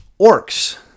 Orcs